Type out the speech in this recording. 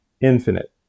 infinite